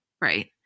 Right